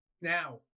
Now